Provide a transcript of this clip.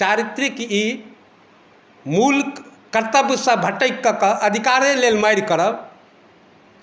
चारित्रिकी मूल कर्तव्यसँ भटकि कऽ कऽ अधिकारे लेल मारि करब